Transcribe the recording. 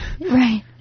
Right